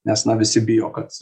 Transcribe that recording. nes na visi bijo kad